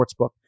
Sportsbook